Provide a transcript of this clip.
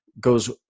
goes